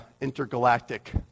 intergalactic